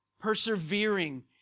Persevering